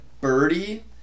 birdie